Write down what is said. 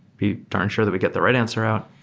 be darn sure that we get the right answer out.